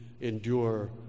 endure